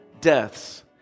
deaths